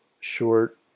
short